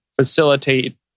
facilitate